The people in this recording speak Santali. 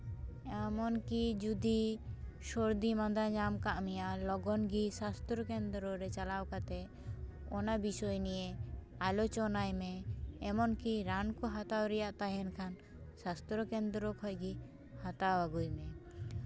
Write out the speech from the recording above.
ᱮᱢᱚᱱ ᱠᱤ ᱡᱩᱫᱤ ᱥᱚᱨᱫᱤ ᱢᱟᱫᱟ ᱧᱟᱢ ᱟᱠᱟᱫ ᱢᱮᱭᱟ ᱟᱨ ᱞᱚᱜᱚᱱ ᱜᱮ ᱥᱟᱥᱛᱷᱚ ᱠᱮᱱᱫᱨᱚ ᱨᱮ ᱪᱟᱞᱟᱣ ᱠᱟᱛᱮᱫ ᱚᱱᱟ ᱵᱤᱥᱚᱭ ᱱᱤᱭᱮ ᱟᱞᱳᱪᱚᱱᱟᱭ ᱢᱮ ᱮᱢᱱ ᱠᱤ ᱨᱟᱱ ᱠᱚ ᱦᱟᱛᱟᱣ ᱨᱮᱭᱟᱜ ᱛᱟᱦᱮᱱ ᱠᱷᱟᱱ ᱥᱟᱥᱛᱷᱚ ᱠᱮᱱᱫᱨᱚ ᱠᱷᱚᱱ ᱜᱮ ᱦᱟᱛᱟᱣ ᱟᱹᱜᱩᱭ ᱢᱮ